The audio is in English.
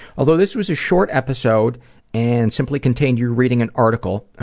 although this was a short episode and simply contained you reading an article,